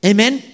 Amen